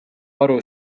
aru